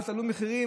אל תעלו מחירים.